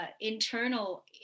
internal